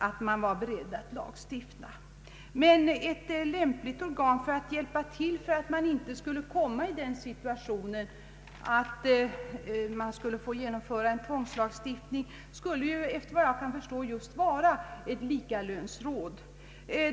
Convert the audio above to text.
Ett likalönsråd efter norskt mönster skulle, efter vad jag kan förstå, vara ett lämpligt hjälpmedel för att slippa komma i den situationen att en tvångslagstiftning måste införas.